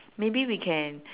maybe we can